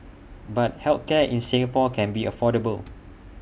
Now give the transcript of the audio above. but health care in Singapore can be affordable